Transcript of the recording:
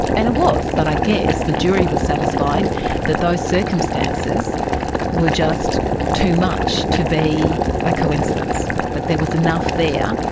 and it was, but i guess the jury was satisfied that those circumstances were just too much to be a coincidence, that there was enough there,